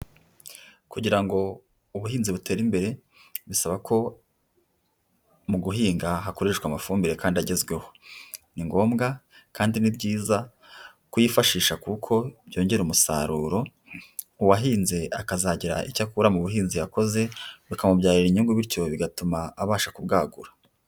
Kugira ngo ubuhinzi butere imbere bisaba ko mu guhinga hakoreshwa amafumbire kandi agezweho, Ni ngombwa kandi ni byiza kuyifashisha kuko byongera umusaruro, uwahinze akazagira icyo akura mu buhinzi yakoze bukamubyarira inyungu bityo, bigatuma abasha kubwagura.